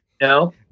no